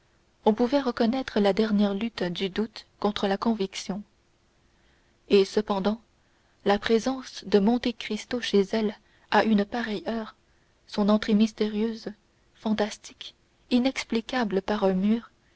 on pouvait reconnaître la dernière lutte du doute contre la conviction cependant la présence de monte cristo chez elle à une pareille heure son entrée mystérieuse fantastique inexplicable par un mur